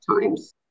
times